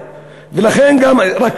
להתחיל לסיים.